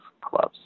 clubs